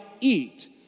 eat